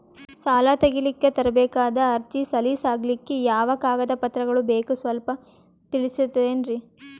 ಸಾಲ ತೆಗಿಲಿಕ್ಕ ತರಬೇಕಾದ ಅರ್ಜಿ ಸಲೀಸ್ ಆಗ್ಲಿಕ್ಕಿ ಯಾವ ಕಾಗದ ಪತ್ರಗಳು ಬೇಕು ಸ್ವಲ್ಪ ತಿಳಿಸತಿರೆನ್ರಿ?